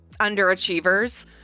Underachievers